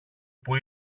πού